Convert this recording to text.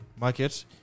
market